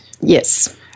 Yes